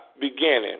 beginning